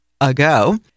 ago